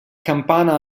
campana